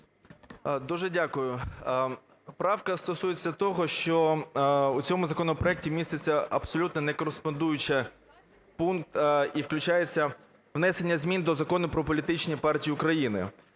Дуже дякую. Правка стосується того, що у цьому законопроекті міститься абсолютно некореспондуючий пункт, і включається внесення змін до Закону про політичні партії України.